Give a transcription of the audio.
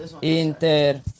...Inter